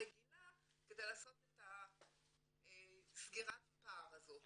הרגילה שאנחנו עושים כדי לעשות את סגירת הפער הזאת.